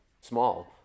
small